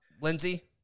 Lindsey